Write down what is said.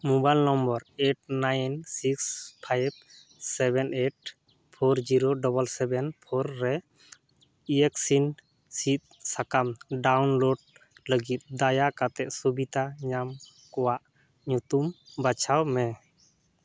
mobile number eight nine six five seven eight four zero double seven four ᱨᱮ ᱤᱭᱮᱠᱥᱤᱱ ᱥᱤᱫ ᱥᱟᱠᱟᱢ download ᱞᱟᱹᱜᱤᱫ ᱫᱟᱭᱟ ᱠᱟᱛᱮ ᱥᱩᱵᱤᱛᱟ ᱧᱟᱢ ᱠᱚᱣᱟᱜ ᱧᱩᱛᱩᱢ ᱵᱟᱪᱷᱟᱣ ᱢᱮ